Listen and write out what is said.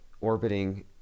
orbiting